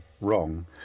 wrong